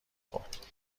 خورد